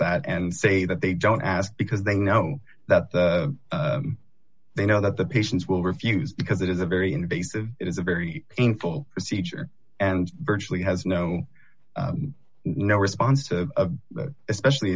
that and say that they don't ask because they know that they know that the patients will refuse because it is a very invasive it is a very painful procedure and virtually has no no response to that especially